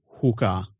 hooker